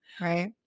right